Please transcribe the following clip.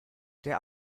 der